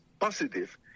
positive